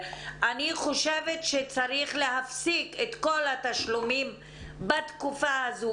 אני חושבת שצריך להפסיק את כל התשלומים בתקופה הזאת.